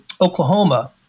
Oklahoma